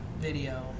video